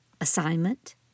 assignment